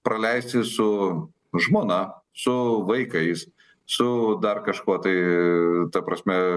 praleisti su žmona su vaikais su dar kažkuo tai ta prasme